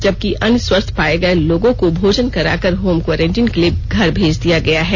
जबकि अन्य स्वस्थ पाए गए लोगों को भोजन कराकर होम कोरेंटिन के लिए घर भेज दिया गया है